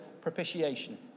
propitiation